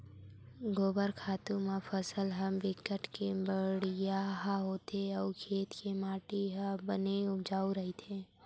गोबर खातू म फसल ह बिकट के बड़िहा होथे अउ खेत के माटी ह बने उपजउ रहिथे